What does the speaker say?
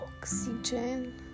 oxygen